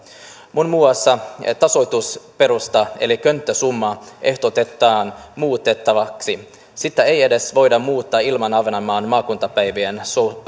muun muassa tasoitusperuste eli könttäsumma ehdotetaan muutettavaksi sitä ei edes voida muuttaa ilman ahvenanmaan maakuntapäivien